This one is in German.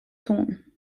tun